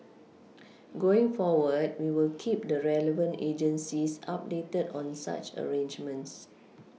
going forward we will keep the relevant agencies updated on such arrangements